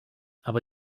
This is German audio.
aber